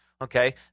okay